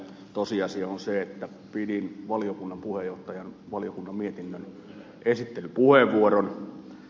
tosiasia on se että pidin valiokunnan puheenjohtajana valiokunnan mietinnön esittelypuheenvuoron